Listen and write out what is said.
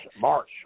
March